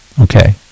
Okay